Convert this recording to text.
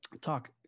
talk